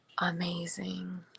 Amazing